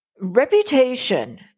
Reputation